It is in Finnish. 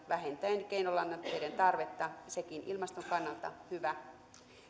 vähentäen keinolannoitteiden tarvetta sekin ilmaston kannalta hyvä